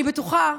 אני בטוחה,